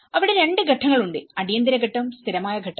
അവിടെ 2 ഘട്ടങ്ങൾ ഉണ്ട് അടിയന്തര ഘട്ടംസ്ഥിരമായ ഘട്ടം